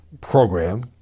program